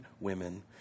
women